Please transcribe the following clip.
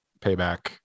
Payback